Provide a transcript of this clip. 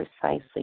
precisely